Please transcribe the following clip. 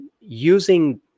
using